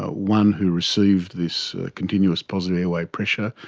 ah one who received this continuous positive airway pressure,